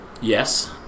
Yes